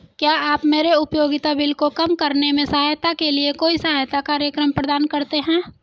क्या आप मेरे उपयोगिता बिल को कम करने में सहायता के लिए कोई सहायता कार्यक्रम प्रदान करते हैं?